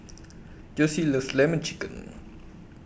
Jossie loves Lemon Chicken